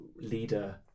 leader